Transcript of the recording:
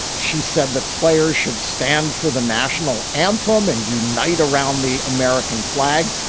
she said that players should stand for the national anthem and unite around the american flag.